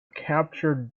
captured